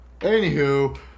Anywho